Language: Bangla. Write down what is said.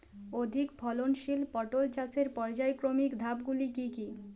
অধিক ফলনশীল পটল চাষের পর্যায়ক্রমিক ধাপগুলি কি কি?